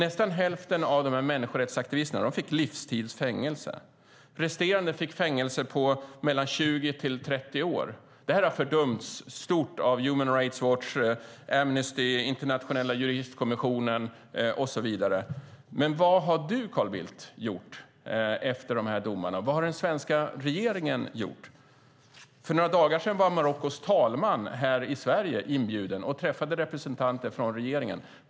Nästan hälften av dem dömdes till livstids fängelse. Resterande fick fängelsestraff på mellan och 20 och 30 år. Detta har fördömts stort av Human Rights Watch, Amnesty, Internationella Juristkommissionen och så vidare. Men vad har du, Carl Bildt, gjort efter dessa domar? Vad har den svenska regeringen gjort? För några dagar sedan var Marockos talman här i Sverige och träffade representanter från regeringen.